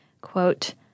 quote